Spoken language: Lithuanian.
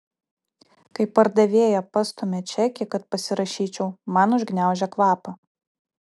kai pardavėja pastumia čekį kad pasirašyčiau man užgniaužia kvapą